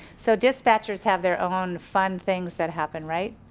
so dispatchers have their own fun things that happen right.